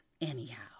anyhow